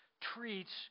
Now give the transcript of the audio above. treats